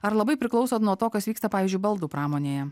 ar labai priklauso nuo to kas vyksta pavyzdžiui baldų pramonėje